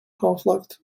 conflict